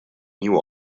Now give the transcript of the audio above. knew